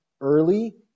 early